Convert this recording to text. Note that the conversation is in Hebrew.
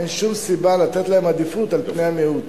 אין שום סיבה לתת להם עדיפות על פני המיעוט.